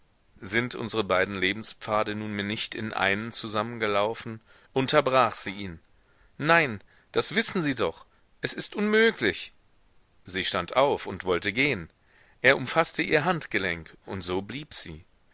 sind unsre beiden lebenspfade nunmehr nicht in einen zusammengelaufen unterbrach sie ihn nein das wissen sie doch es ist unmöglich sie stand auf und wollte gehen er umfaßte ihr handgelenk und so blieb sie